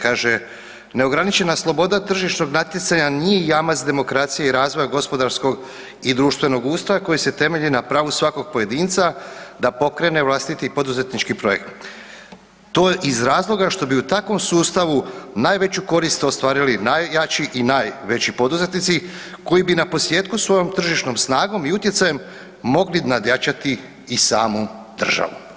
Kaže, neograničena sloboda tržišnog natjecanja nije jamac demokracije i razvoja gospodarskog i društvenog ustroja koji se temelji na pravu svakog pojedinca da pokrene vlastiti poduzetnički projekt to iz razloga što bi u takvom sustavu najveću korist ostvarili najjači i najveći poduzetnici koji bi na posljetku svojom tržišnom snagom i utjecajem mogli nadjačati i samu državu.